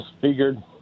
figured